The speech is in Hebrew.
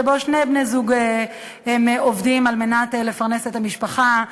שבו שני בני-זוג עובדים כדי לפרנס את המשפחה.